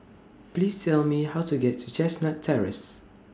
Please Tell Me How to get to Chestnut Terrace